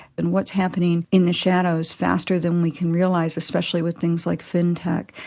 and what's happening in the shadows faster than we can realize, especially with things like fintech.